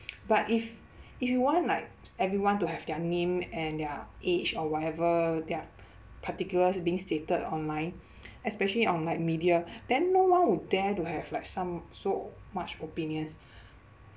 but if if you want like everyone to have their name and their age or whatever their particulars being stated online especially on like media then no one would dare to have like some so much opinions